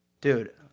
dude